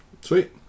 Sweet